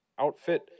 outfit